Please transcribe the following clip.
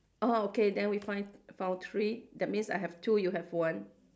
oh okay then we find found three that means I have two you have one